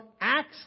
acts